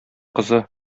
кызы